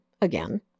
again